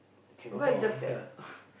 where is the f~ uh